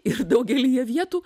ir daugelyje vietų